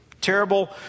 terrible